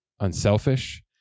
unselfish